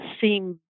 seem